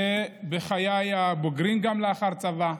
ובחיי הבוגרים גם לאחר צבא.